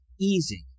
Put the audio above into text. easy